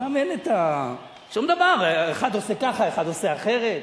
אצלם אין שום דבר, אחד עושה ככה, אחד עושה אחרת.